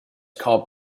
called